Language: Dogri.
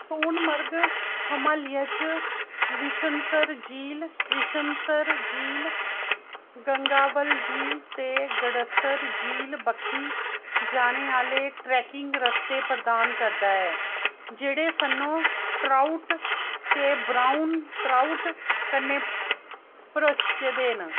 सोनमर्ग हिमालिया च विशनसर झील कृष्णसर झील गंगाबल झील ते गडसर झील बक्खी जाने आह्ले ट्रेकिंग रस्ते प्रदान करदा ऐ जेह्ड़े सनो ट्राउट ते ब्राउन ट्राउट कन्नै भरोचे दे न